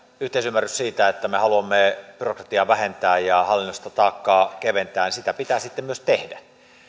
yhteisymmärrys siitä että me haluamme byrokratiaa vähentää ja hallinnollista taakkaa keventää niin sitä pitää sitten myös tehdä